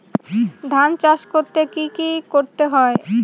ধান চাষ করতে কি কি করতে হয়?